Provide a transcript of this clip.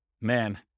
man